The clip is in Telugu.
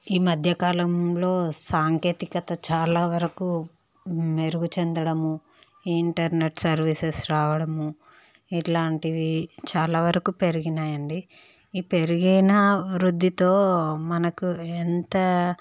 ఈ మధ్యకాలంలో సాంకేతికత చాలా వరకు మెరుగు చెందడము ఇంటర్నెట్ సర్వీస్ రావడము ఇట్లాంటివి చాలా వరకు పెరిగినాయి అండి ఈ పెరిగిన అభివృద్ధితో మనకు ఎంత